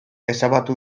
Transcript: ezabatu